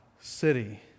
city